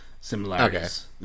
similarities